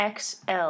XL